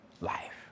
life